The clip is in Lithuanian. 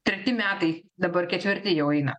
treti metai dabar ketvirti jau eina